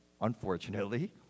unfortunately